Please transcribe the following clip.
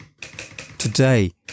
Today